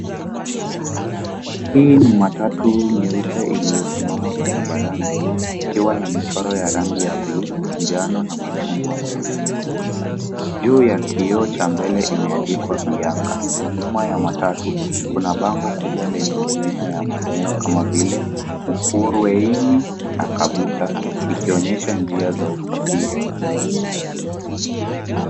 Hii ni matatu nyeupe iliyosimama barabarani, ikiwa na michoro ya rangi ya bluu, manjano na machungwa mbele. Juu ya kioo cha mbele imeandikwa Bianca . Nyuma ya matatu, kuna bango kubwa lenye majina ya maeneo kama vila Mukurwe Ini na Kaguta ikionyesha njia za usafiri.